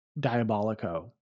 Diabolico